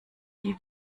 die